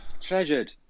Treasured